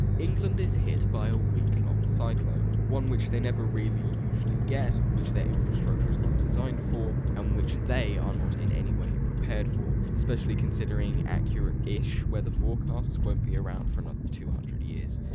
england is hit by a week-long cyclone one which they never really usually get which their infrastructure is not designed for and um which they are not in any way prepared for, especially considering accurate-ish weather forecasts won't be around for another two hundred years?